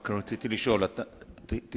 רק רציתי לשאול: אתה